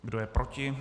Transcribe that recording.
Kdo je proti?